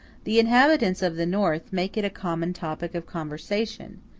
the inhabitants of the north make it a common topic of conversation,